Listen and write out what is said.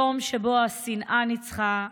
יום שבו השנאה ניצחה,